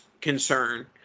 concern